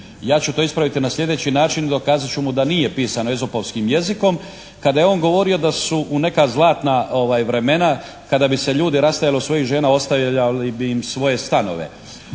Ja ću to ispraviti na sljedeći način, dokazat ću mu da nije pisano Ezopovskim jezikom kada je on govorio da su u neka zlatna vremena kada bi se ljudi rastajali od svojih žena ostavljali bi im svoje stanove.